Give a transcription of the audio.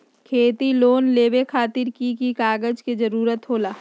खेती लोन लेबे खातिर की की कागजात के जरूरत होला?